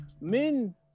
men